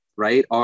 right